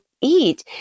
eat